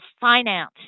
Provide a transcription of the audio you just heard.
finance